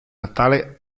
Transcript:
natale